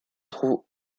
trouvent